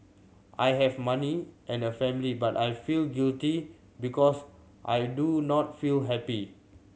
I have money and a family but I feel guilty because I do not feel happy